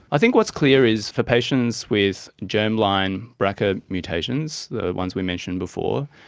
i think what's clear is for patients with germline brca mutations, the ones we mentioned before,